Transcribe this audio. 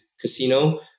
casino